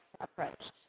approach